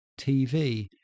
TV